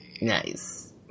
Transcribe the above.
Nice